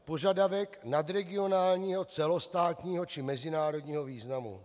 Požadavek nadregionálního, celostátního či mezinárodního významu.